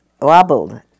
wobbled